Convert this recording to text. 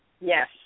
Yes